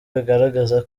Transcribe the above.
bigaragaza